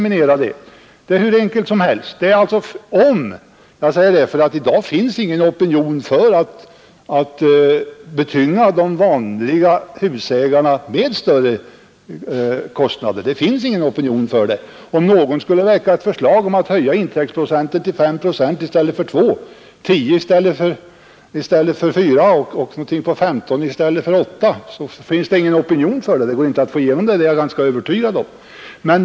I dag finns ingen opinion för att betunga de vanliga husägarna med större kostnader. Om någon skulle väcka ett förslag om att höja intäktsprocenten till 5 procent i stället för 2, 10 procent i stället för 4 och 15 procent i stället för 8 så finns det ingen opinion för det. Jag är ganska övertygad om att det inte går att få igenom sådana förslag.